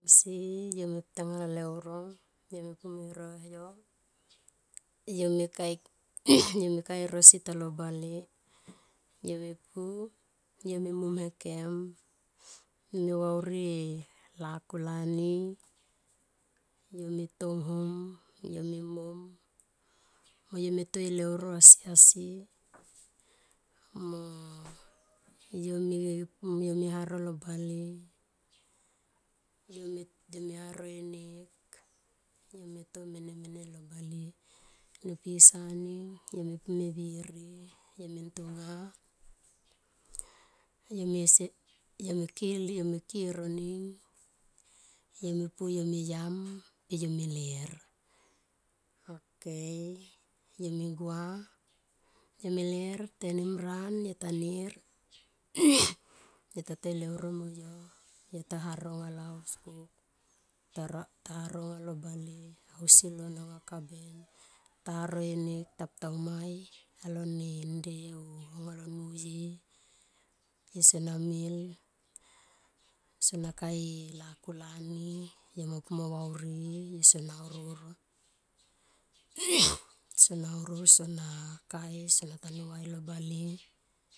Se yome pu ta nga lo leuro yome pume roheyo yo me kae yome kae rosi talo bale yome pu yo me momhekem yome vaurie lakulani yome ton ghum yome mom mo yo meto e leuro asiasi ma yo me me haro lo bale yome haroe nek yome to menemene a lo bale ne pisaning yome pu me viri yo mentonga yomeseni yome kiei yome ki e roning yome pu yome yam pe yomeler okay yo me gua yomeler tenimran yotanir yo tata leuro mo yo yo taharo aunga lo auscook tara ha ro aunga lo bale ausi lon aunga kaben taharo e nek tapu tauami alo ne nde o monga lo nuye yo so na mil so na kae lakulani yomo pu mo vav rii so naurur sonau rur so na kai so natanu vai lobale.